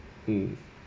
mm